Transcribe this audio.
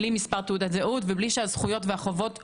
בלי מספר תעודת זהות ובלי שהזכויות והחובות ברורים,